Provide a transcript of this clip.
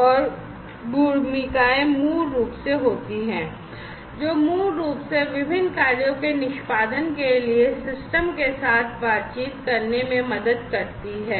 और भूमिकाएं मूल रूप से होती हैं जो मूल रूप से विभिन्न कार्यों के निष्पादन के लिए सिस्टम के साथ बातचीत करने में मदद करती हैं